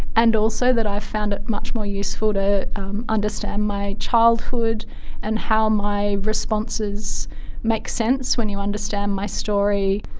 and also that i've found it much more useful to understand my childhood and how my responses make sense when you understand my story.